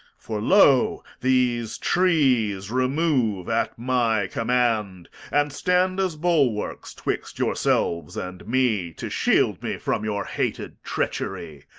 for, lo, these trees remove at my command, and stand as bulwarks twixt yourselves and me, to shield me from your hated treachery!